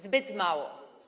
Zbyt mało.